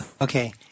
Okay